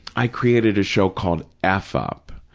i created a show called f up,